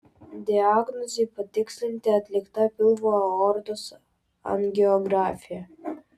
diagnozei patikslinti atlikta pilvo aortos angiografija